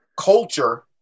culture